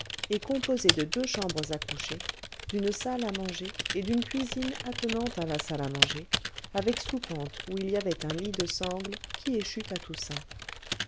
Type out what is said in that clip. et composé de deux chambres à coucher d'une salle à manger et d'une cuisine attenante à la salle à manger avec soupente où il y avait un lit de sangle qui échut à toussaint